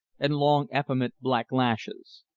and long effeminate black lashes.